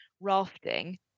rafting